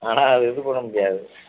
ஆனால் அதை இது பண்ணமுடியாது